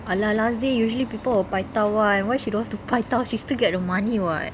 !alah! last day usually people will paitao [one] why she don't want to paitao she'll still get the money [what]